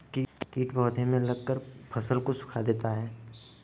कीट पौधे में लगकर फसल को सुखा देते हैं